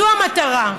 זו המטרה.